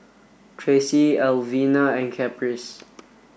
Tracie Elvina and Caprice